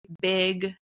big